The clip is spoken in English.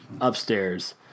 upstairs